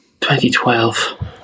2012